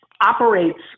operates